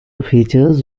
features